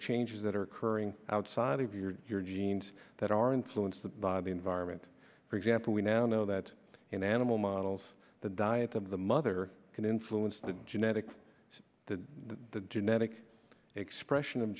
changes that are occurring outside of your genes that are influenced by the environment for example we now know that in animal models the diet of the mother can influence the genetics to the genetic expression of